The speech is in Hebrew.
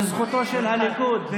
לזכותו של הליכוד אומרים,